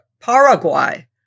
Paraguay